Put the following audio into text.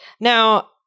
Now